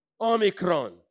Omicron